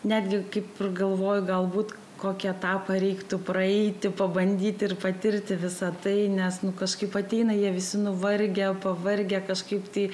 netgi kai pagalvoju galbūt kokį etapą reiktų praeiti pabandyti ir patirti visa tai nes nu kažkaip ateina jie visi nuvargę pavargę kažkaip tai